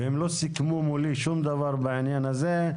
והם לא סיכמו מולי שום דבר בעניין הזה.